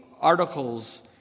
articles